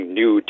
new